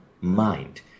mind